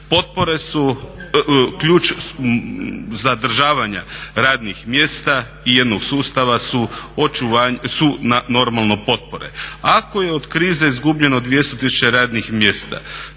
Potpore su ključ zadržavanja radnih mjesta i jednog sustava su normalno potpore. Ako je od krize izgubljeno 200 tisuća radnih mjesta